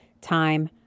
time